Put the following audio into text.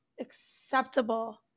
acceptable